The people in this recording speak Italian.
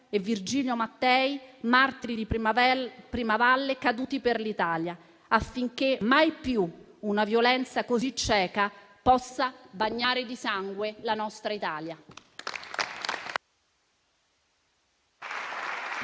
e Virgilio Mattei, martiri di Primavalle caduti per l'Italia, affinché mai più una violenza così cieca possa bagnare di sangue la nostra Italia.